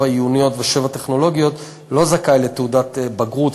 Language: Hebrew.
עיוניות ושבע טכנולוגיות לא זכאי לתעודת בגרות,